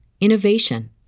innovation